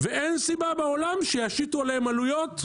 ואין סיבה בעולם שישיתו עליהם עלויות,